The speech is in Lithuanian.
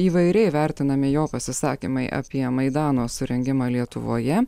įvairiai vertinami jo pasisakymai apie maidano surengimą lietuvoje